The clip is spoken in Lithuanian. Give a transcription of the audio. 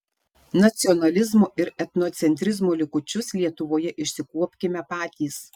nacionalizmo ir etnocentrizmo likučius lietuvoje išsikuopkime patys